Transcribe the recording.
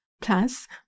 Plus